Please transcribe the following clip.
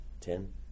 Ten